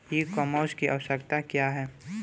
ई कॉमर्स की आवशयक्ता क्या है?